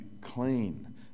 clean